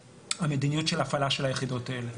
המדיניות של הפעלה של היחידות האלה.